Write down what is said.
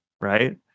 right